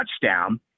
touchdown